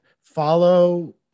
follow